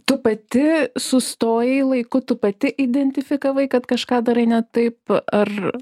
tu pati sustojai laiku tu pati identifikavai kad kažką darai ne taip ar